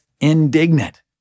indignant